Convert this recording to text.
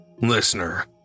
Listener